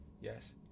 Yes